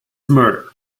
murder